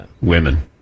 Women